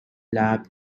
lab